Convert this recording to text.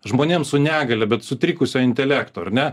žmonėms su negalia bet sutrikusio intelekto ar ne